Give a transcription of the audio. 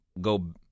go